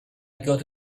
got